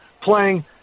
playing